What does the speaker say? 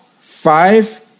five